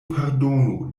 pardonu